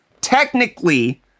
technically